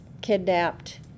kidnapped